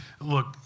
Look